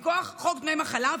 מכוח חוק דמי מחלה,